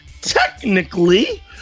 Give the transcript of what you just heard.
Technically